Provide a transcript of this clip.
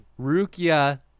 Rukia